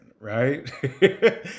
Right